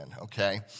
Okay